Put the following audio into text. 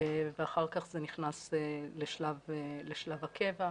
ואחר כך זה נכנס לשלב הקבע,